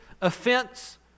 offense